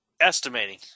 estimating